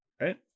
right